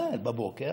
בבוקר.